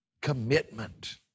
Commitment